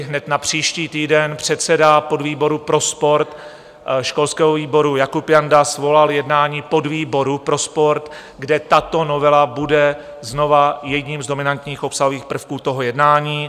Hned na příští týden předseda podvýboru pro sport školského výboru Jakub Janda svolal jednání podvýboru pro sport, kde tato novela bude znova jedním z dominantních obsahových prvků jednání.